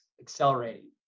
accelerating